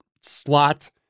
slot